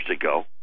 ago